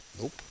nope